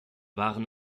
waren